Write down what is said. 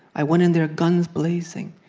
i went in there, guns blazing.